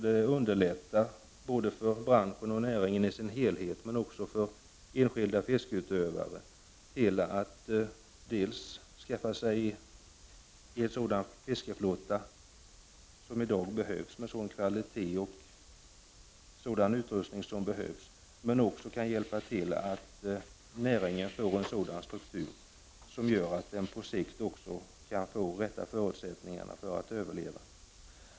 De bör underlätta för branschen i dess helhet, så att näringen kan få en struktur som ger de rätta förutsättningarna för att överleva på sikt, men också för enskilda fiskeutövare att skaffa sig en fiskeflotta av den kvalitet som behövs i dag. Herr talman!